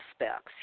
aspects